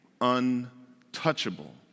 untouchable